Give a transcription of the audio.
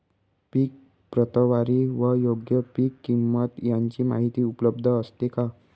पीक प्रतवारी व योग्य पीक किंमत यांची माहिती उपलब्ध असते का?